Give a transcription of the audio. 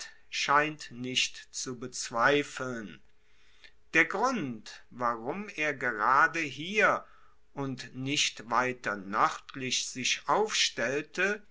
scheint nicht zu bezweifeln der grund warum er gerade hier und nicht weiter noerdlich sich aufstellte